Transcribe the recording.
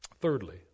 Thirdly